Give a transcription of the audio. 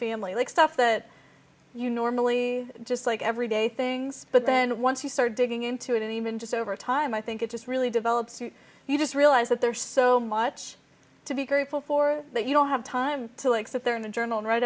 family like stuff that you normally just like every day things but then once you start digging into it even just over time i think it just really develop suit you just realize that there's so much to be grateful for that you don't have time to like sit there in a journal and write